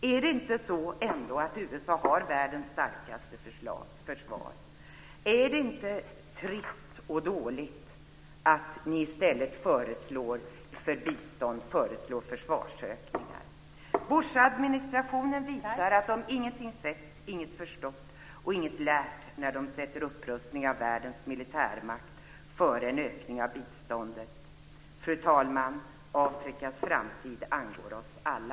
Är det ändå inte så att USA har världens starkaste försvar? Är det inte trist och dåligt att ni i stället för bistånd föreslår försvarsökningar? Bushadministrationen visar att man ingenting sett, ingenting förstått och ingenting lärt när man sätter upprustning av världens starkaste militära makt före en ökning av biståndet. Fru talman! Afrikas framtid angår oss alla.